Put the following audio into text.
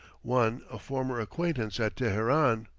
one a former acquaintance at teheran.